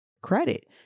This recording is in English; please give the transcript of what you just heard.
credit